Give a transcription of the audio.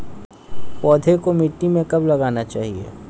पौधे को मिट्टी में कब लगाना चाहिए?